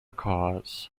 cars